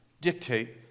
dictate